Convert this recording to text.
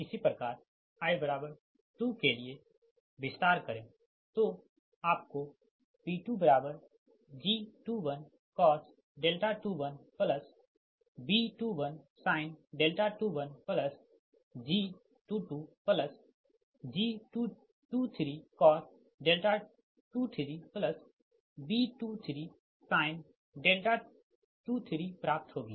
इसी प्रकार i 2 के लिए विस्तार करें तो आपको P2G21cos 21 B21sin 21 G22G23cos 23 B23sin 23 प्राप्त होगी